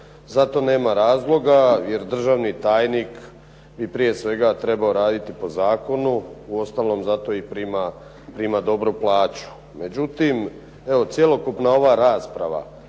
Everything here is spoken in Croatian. za to nema razloga jer državni tajnik bi prije svega trebao raditi po zakonu, uostalom zato i prima dobru plaću. Međutim, evo cjelokupna ova rasprava,